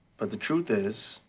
but the truth is,